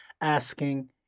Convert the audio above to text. asking